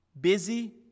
busy